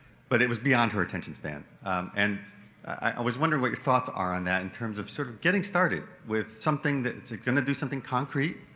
but it was beyond her attention span and i was wondering what your thoughts are on that in terms of sort of getting started with something that's gonna do something concrete,